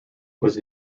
was